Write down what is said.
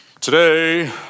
Today